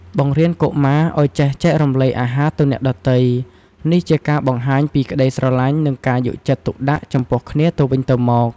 បង្រៀនកុមារឲ្យចេះចែករំលែកអាហារទៅអ្នកដទៃ នេះជាការបង្ហាញពីក្តីស្រឡាញ់ និងការយកចិត្តទុកដាក់ចំពោះគ្នាទៅវិញទៅមក។